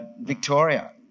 Victoria